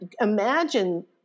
imagine